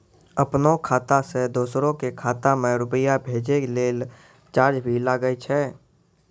आपनों खाता सें दोसरो के खाता मे रुपैया भेजै लेल चार्ज भी लागै छै?